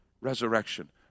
resurrection